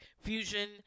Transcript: fusion